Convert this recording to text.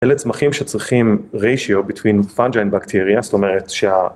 אלה צמחים שצריכים ration between fungi and bacteria זאת אומרת שה...